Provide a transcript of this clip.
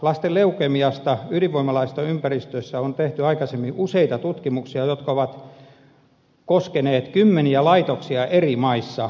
lasten leukemiasta ydinvoimalaitosten ympäristössä on tehty aikaisemmin useita tutkimuksia jotka ovat koskeneet kymmeniä laitoksia eri maissa